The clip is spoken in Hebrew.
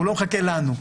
הוא לא מחכה לנו,